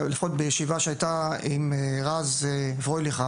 לפחות בישיבה שהיתה עם רז פרוייליך,